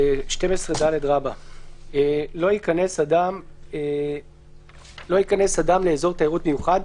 12ד. (א)לא ייכנס אדם לאזור תיירות מיוחד,